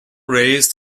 raised